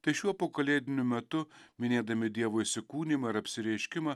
tai šiuo pokalėdiniu metu minėdami dievo įsikūnijimą ir apsireiškimą